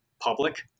public